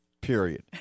Period